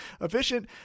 efficient